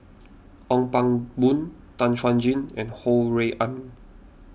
Ong Pang Boon Tan Chuan Jin and Ho Rui An